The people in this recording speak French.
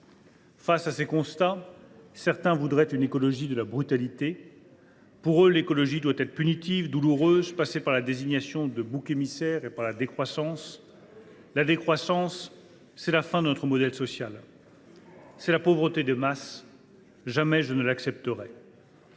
Face à ces constats, certains voudraient une écologie de la brutalité. Pour eux, l’écologie doit être punitive et douloureuse ; elle doit passer par la désignation de boucs émissaires et par la décroissance. « La décroissance, c’est la fin de notre modèle social. C’est la pauvreté de masse. » Très bien ! Voilà qui